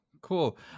Cool